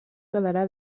quedarà